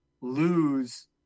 lose